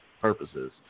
purposes